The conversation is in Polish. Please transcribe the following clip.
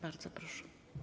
Bardzo proszę.